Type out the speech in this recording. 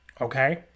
okay